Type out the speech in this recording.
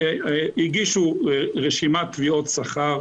הגישו רשימת תביעות שכר,